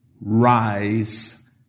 rise